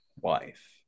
wife